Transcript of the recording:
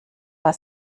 war